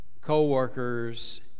co-workers